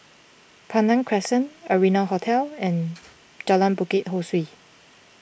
Pandan Crescent Arianna Hotel and Jalan Bukit Ho Swee